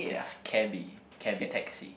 it's cabby cabby taxi